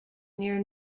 near